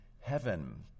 heaven